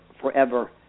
forever